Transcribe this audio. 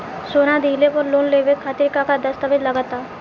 सोना दिहले पर लोन लेवे खातिर का का दस्तावेज लागा ता?